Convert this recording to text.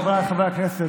חבריי חברי הכנסת,